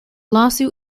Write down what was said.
lawsuit